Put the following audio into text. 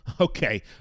Okay